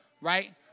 right